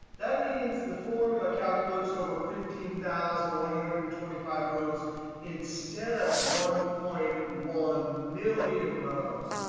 that means the formula calculates over fifteen thousand one hundred and twenty five rows instead of one point one million rows.